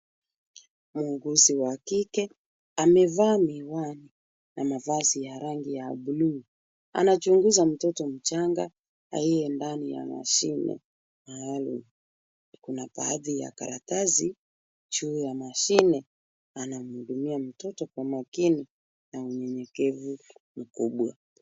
Muuguzi wa kike, amevaa miwani, na mavazi ya rangi ya buluu. Anachunguza mtoto mchanga, aliye ndani ya mashine. Kuna baadhi ya karatasi juu ya mashine anamhudumia mtoto kwa makini na unyenyekevu mkubwa.